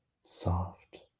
soft